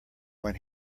when